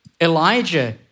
Elijah